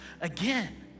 again